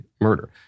murder